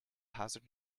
hazard